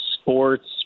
Sports